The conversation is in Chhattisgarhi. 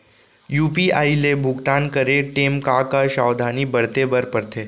यू.पी.आई ले भुगतान करे टेम का का सावधानी बरते बर परथे